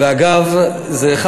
כלכלה ושלום, זה בסדר.